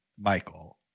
Michael